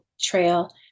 trail